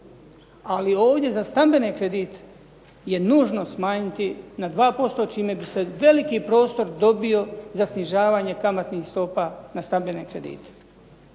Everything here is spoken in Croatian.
ali ovdje za stambene kredite je nužno smanjiti na 2% čime bi se veliki prostor dobio za snižavanje kamatnih stopa na stambene kredite.